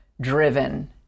driven